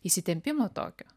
įsitempimo tokio